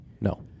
No